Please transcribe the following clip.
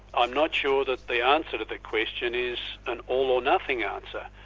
i'm not sure that the answer to the question is an all or nothing answer.